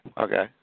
Okay